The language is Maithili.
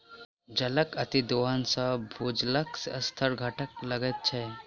जलक अतिदोहन सॅ भूजलक स्तर घटय लगैत छै